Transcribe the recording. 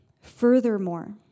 Furthermore